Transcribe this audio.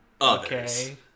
Okay